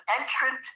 entrant